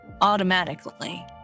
automatically